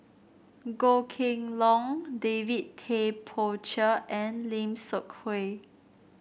Goh Kheng Long David Tay Poey Cher and Lim Seok Hui